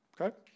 Okay